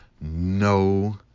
no